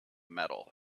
metal